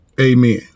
Amen